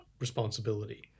responsibility